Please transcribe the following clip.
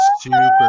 super